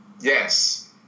Yes